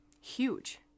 huge